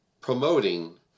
promoting